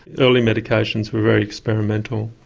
early medications were very experimental.